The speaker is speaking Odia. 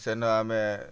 ସେନ ଆମେ